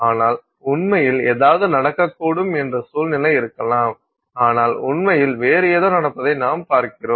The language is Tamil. ஆனால் உண்மையில் ஏதாவது நடக்க கூடும் என்ற சூழ்நிலை இருக்கலாம் ஆனால் உண்மையில் வேறு ஏதோ நடப்பதை நாம் பார்க்கிறோம்